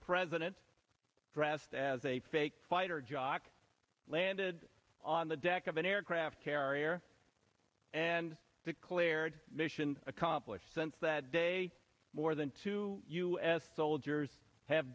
president dressed as a fake quieter jock landed on the deck of an aircraft carrier and declared mission accomplished since that day more than two u s soldiers have